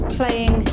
playing